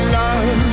love